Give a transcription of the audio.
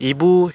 Ibu